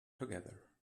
together